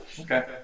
Okay